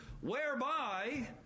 whereby